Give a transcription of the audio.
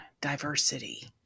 diversity